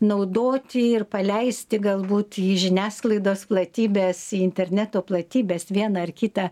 naudoti ir paleisti galbūt į žiniasklaidos platybes į interneto platybes vieną ar kitą